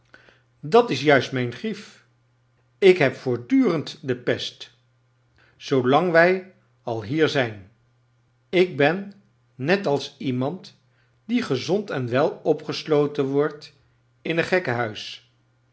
at is juist mijn grief ik heb voortdurend de pest zoo lang wij al hier zijn ik ben net als iernand die gezond en wel opgesloten wordt in een gekkenhuis